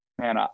man